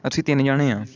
ਅਸੀਂ ਤਿੰਨ ਜਾਣੇ ਹਾਂ